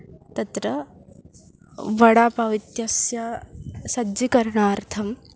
तत्र वडापावित्यस्य सज्जीकरणार्थं